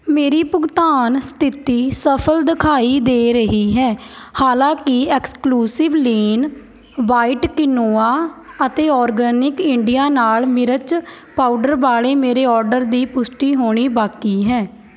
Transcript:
ਮੇਰੀ ਭੁਗਤਾਨ ਸਥਿਤੀ ਸਫਲ ਦਿਖਾਈ ਦੇ ਰਹੀ ਹੈ ਹਾਲਾਂਕਿ ਐਕਸਕਲੂਸਿਵ ਲੀਨ ਵਾਈਟ ਕੀਨੋਆ ਅਤੇ ਆਰਗੈਨਿਕ ਇੰਡੀਆ ਨਾਲ ਮਿਰਚ ਪਾਊਡਰ ਵਾਲੇ ਮੇਰੇ ਔਡਰ ਦੀ ਪੁਸ਼ਟੀ ਹੋਣੀ ਬਾਕੀ ਹੈ